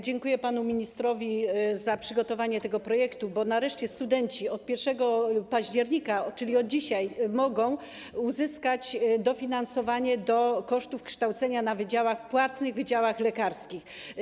Dziękuję panu ministrowi za przygotowanie tego projektu, bo nareszcie studenci od 1 października, czyli od dzisiaj, mogą uzyskać dofinansowanie do kosztów kształcenia na płatnych wydziałach lekarskich.